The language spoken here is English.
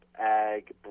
ag